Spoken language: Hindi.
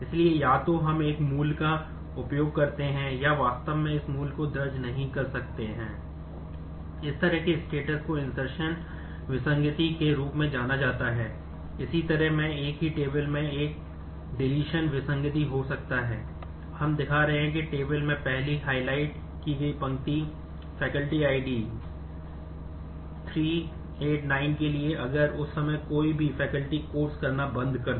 इसलिए यदि हम उस रिकॉर्ड करना बंद कर दे